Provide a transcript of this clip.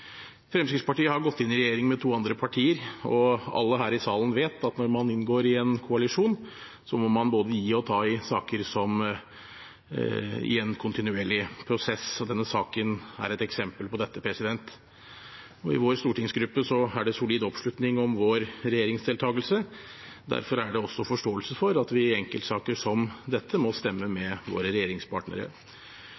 Fremskrittspartiet har gått inn i regjering med to andre partier. Alle her i salen vet at når man inngår i en koalisjon, må man både gi og ta i saker i en kontinuerlig prosess. Denne saken er et eksempel på det. I vår stortingsgruppe er det solid oppslutning om vår regjeringsdeltakelse. Derfor er det også forståelse for at vi i enkeltsaker som dette må stemme